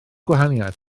gwahaniaeth